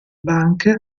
bank